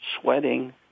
sweating